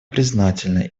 признательна